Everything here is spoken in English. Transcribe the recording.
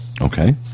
Okay